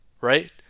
right